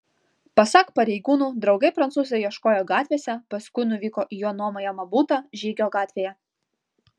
pasak pareigūnų draugai prancūzo ieškojo gatvėse paskui nuvyko į jo nuomojamą butą žygio gatvėje